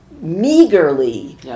meagerly